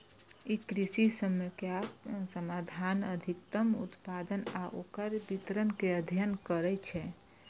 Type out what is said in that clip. ई कृषि समस्याक समाधान, अधिकतम उत्पादन आ ओकर वितरण के अध्ययन करै छै